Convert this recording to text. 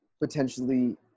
potentially